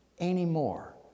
anymore